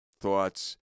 thoughts